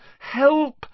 Help